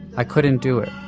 i couldn't do it,